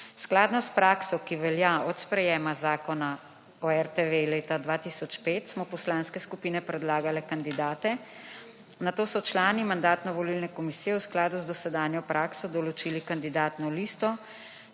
Skladno s prakso, ki velja od sprejema Zakona o RTV leta 2005, smo poslanske skupine predlagale kandidate. Nato so člani Mandatno-volilne komisije v skladu z dosedanjo prakso določili kandidatno listo,